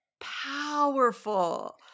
powerful